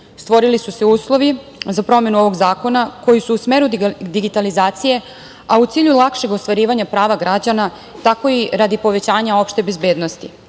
Stvorili su se uslovi za promenu ovog zakona koji su u smeru digitalizacije, a u cilju lakšeg ostvarivanja prava građana, tako i radi povećanja opšte bezbednosti.